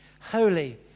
holy